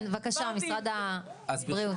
כן, בבקשה, משרד הבריאות.